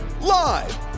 Live